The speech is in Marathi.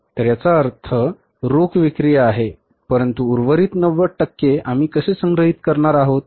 तर याचा अर्थ रोख विक्री आहे परंतु उर्वरित 90 टक्के आम्ही कसे संग्रहित करणार आहोत